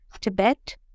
Tibet